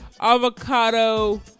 avocado